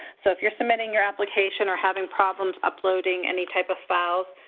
so, if you're submitting your application or having problems uploading any type of files,